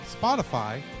spotify